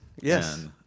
Yes